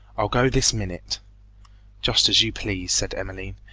i'll go this minute just as you please said emmeline,